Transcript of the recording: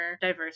diverse